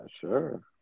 sure